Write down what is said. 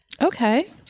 Okay